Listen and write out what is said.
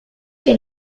que